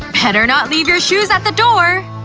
better not leave your shoes at the door!